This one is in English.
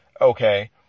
okay